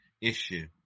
issue